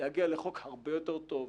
ולהגיע לחוק הרבה יותר טוב,